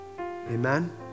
Amen